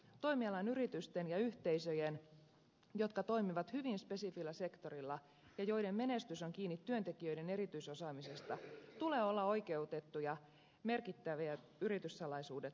toimialan yritysten ja yhteisöjen jotka toimivat hyvin spesifillä sektorilla ja joiden menestys on kiinni työntekijöiden erityisosaamisesta tulee olla oikeutettuja merkittävät yrityssalaisuudet turvaavaan toimintaympäristöön